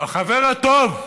החבר הטוב,